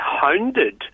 hounded